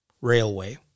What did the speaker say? Railway